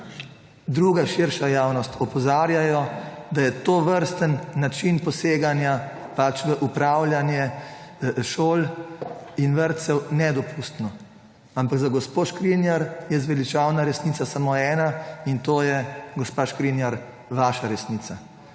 druga širša javnost – opozarjajo, da je tovrstni način poseganja, pač v upravljanje šol in vrtcev, nedopustno. Ampak za gospo Škrinjar je zveličavna resnica samo ena, in to je, gospa Škrinjar, vaša resnica.